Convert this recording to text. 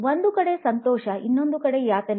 ಒಂದು ಕಡೆ ಸಂತೋಷ ಮತ್ತು ಇನ್ನೊಂದೆಡೆ ಯಾತನೆ